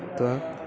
त्वा